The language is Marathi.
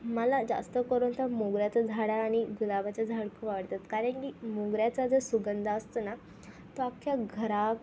मला जास्त करून तर मोगऱ्याचं झाडं आणि गुलाबाचं झाड खूप आवडतात कारण की मोगऱ्याचा जो सुगंध असतो ना तो अख्ख्या घरात